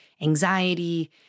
anxiety